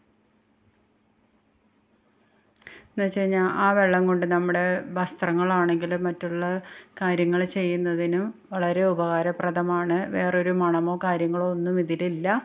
എന്നു വെച്ചു കഴിഞ്ഞ് ആ വെള്ളം കൊണ്ട് നമ്മുടെ വസ്ത്രങ്ങളാണെങ്കിലും മറ്റുള്ള കാര്യങ്ങൾ ചെയ്യുന്നതിന് വളരെ ഉപകാരപ്രദമാണ് വേറൊരു മണമോ കാര്യങ്ങളോ ഒന്നും ഇതിലില്ല